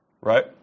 right